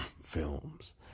films